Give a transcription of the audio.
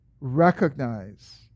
recognize